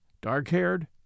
dark-haired